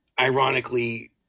ironically